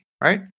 right